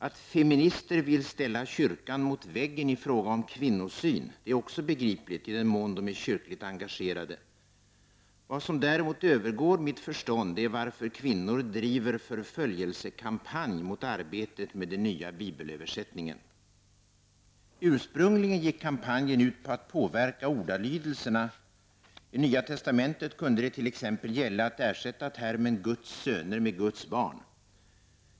Att feminister vill ställa kyrkan mot väggen ifråga om kvinnosyn är också begripligt, i den mån de är kyrkligt engagerade. Vad som däremot övergår mitt förstånd är varför kvinnor driver förföljelsekampanj mot arbetet med den nya bibelöversättningen. Ursprungligen gick kampanjen ut på att påverka ordalydelserna. I Nya testamentet kunde det t.ex. gälla att ersätta termen ”Guds söner” med ”Guds barn”.